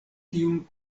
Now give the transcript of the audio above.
tiun